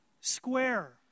square